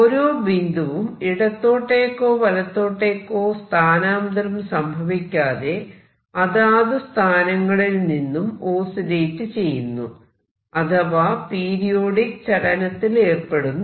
ഓരോ ബിന്ദുവും ഇടത്തോട്ടേക്കോ വലത്തോട്ടേക്കോ സ്ഥാനാന്തരം സംഭവിക്കാതെ അതാത് സ്ഥാനങ്ങളിൽ നിന്നും ഓസിലേറ്റ് ചെയ്യുന്നു അഥവാ പീരിയോഡിക് ചലനത്തിലേർപ്പെടുന്നു